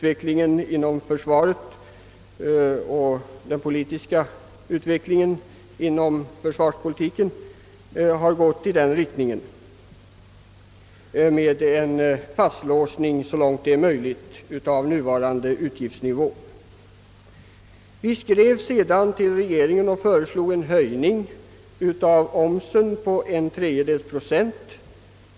Vi vet att försvarspolitiken har gått i riktning mot en fastlåsning så långt det varit möjligt av nuvarande utgiftsnivå. Vi skrev sedan till regeringen och föreslog en höjning av omsättningskatten med !/3 procent.